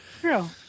True